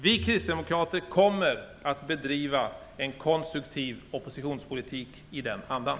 Vi kristdemokrater kommer att bidriva en konstruktiv oppositionspolitik i den andan.